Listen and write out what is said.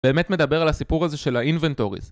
באמת מדבר על הסיפור הזה של האינבנטוריז